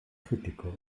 kritiko